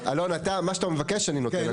אלון, מה שאתה מבקש אני נותן לך.